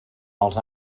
els